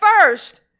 first